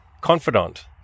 confidant